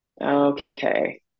Okay